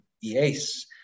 yes